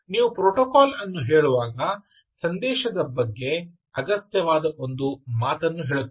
ನೀವು ಪ್ರೋಟೋಕಾಲ್ ಅನ್ನು ಹೇಳುವಾಗ ಸಂದೇಶಗಳ ಬಗ್ಗೆ ಅಗತ್ಯವಾದ ಒಂದು ಮಾತನ್ನು ಹೇಳುತ್ತೇನೆ